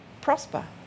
prosper